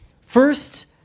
First